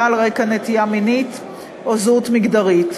על רקע נטייה מינית או זהות מגדרית.